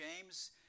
James